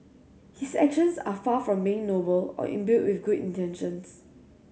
his actions are far from being noble or imbued with good intentions